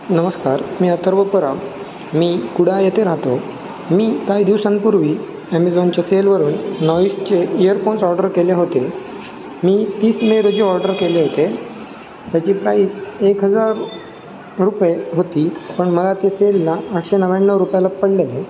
नमस्कार मी अथर्व परब मी कुडाळ येते राहतो मी काही दिवसांपूर्वी ॲमेझॉनच्या सेलवरून नॉईजचे इयरफोन्स ऑर्डर केले होते मी तीस मे रोजी ऑर्डर केले होते त्याची प्राईस एक हजार रुपये होती पण मला ते सेलला आठशे नव्याण्णव रुपयाला पडलेले